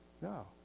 No